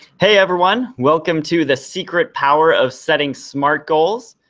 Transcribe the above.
hey everyone, welcome to the secret power of setting smart goals.